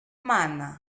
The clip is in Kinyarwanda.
imana